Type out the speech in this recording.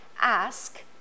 ask